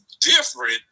different